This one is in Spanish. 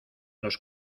los